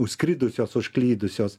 užskridusios užklydusios